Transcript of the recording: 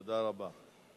תודה רבה.